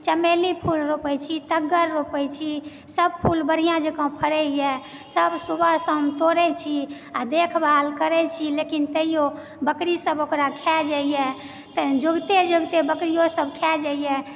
चमेली फूल रोपै छी तग्गड़ रोपै छी सब फूल बढ़िया जेकाँ फड़ैए सब सुबह शाम तोड़ै छी आ देखभाल करै छी लेकिन तैयो बकरी सब ओकरा खाए जाइए तऽ जोगिते जोगिते बकरियो सब खाए जाइए